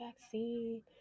vaccine